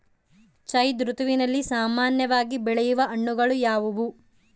ಝೈಧ್ ಋತುವಿನಲ್ಲಿ ಸಾಮಾನ್ಯವಾಗಿ ಬೆಳೆಯುವ ಹಣ್ಣುಗಳು ಯಾವುವು?